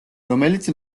რომელიც